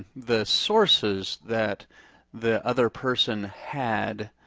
the sources that the other person had,